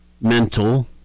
mental